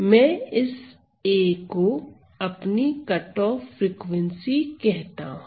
मैं इस a को अपनी कटऑफ फ्रिकवेंसी कहता हूं